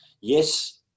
yes